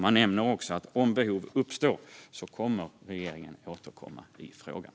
Man nämner också att om behov uppstår kommer regeringen att återkomma i frågan.